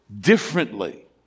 differently